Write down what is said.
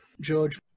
George